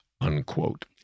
unquote